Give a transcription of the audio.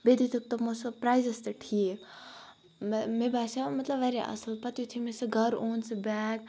بیٚیہِ دِتُکھ تٕمو سُہ پرٛایزَس تہِ ٹھیٖک مےٚ مےٚ باسیو مطلب واریاہ اَصٕل پَتہٕ یُتھُے مےٚ سُہ گَرٕ اوٚن سُہ بیگ